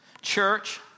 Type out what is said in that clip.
Church